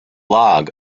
log